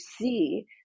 see